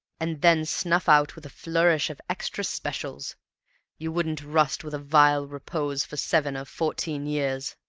and then snuff out with a flourish of extra-specials you wouldn't rust with a vile repose for seven or fourteen years.